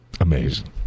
Amazing